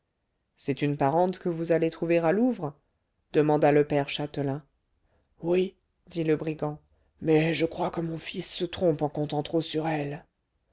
c'est une parente que vous allez trouver à louvres demanda le père châtelain oui dit le brigand mais je crois que mon fils se trompe en comptant trop sur elle